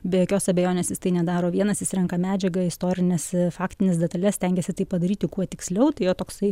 be jokios abejonės jis tai nedaro vienas jis renka medžiagą istorines faktines detales stengiasi tai padaryti kuo tiksliau tai jo toksai